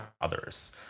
others